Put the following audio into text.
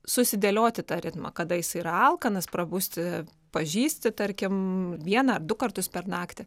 susidėlioti tą ritmą kada jis yra alkanas prabusti pažįsti tarkim vieną ar du kartus per naktį